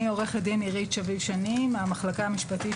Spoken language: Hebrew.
אני עו"ד עירית שביב-שני מהמחלקה המשפטית